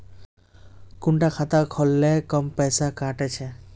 कुंडा खाता खोल ले कम पैसा काट छे?